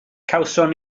gawson